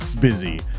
busy